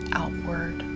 outward